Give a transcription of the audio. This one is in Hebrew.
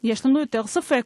יש לנו יותר ספק,